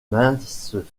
minces